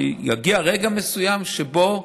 שיגיע רגע מסוים שבו,